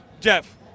Jeff